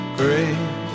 great